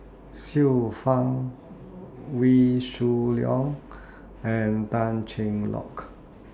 Xiu Fang Wee Shoo Leong and Tan Cheng Lock